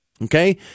Okay